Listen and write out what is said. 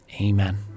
Amen